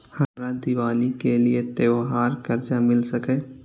हमरा दिवाली के लिये त्योहार कर्जा मिल सकय?